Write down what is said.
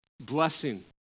blessing